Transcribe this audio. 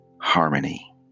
harmony